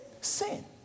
Sin